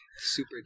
Super